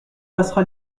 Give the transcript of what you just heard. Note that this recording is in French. passera